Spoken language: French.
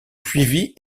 suivi